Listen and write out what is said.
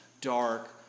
dark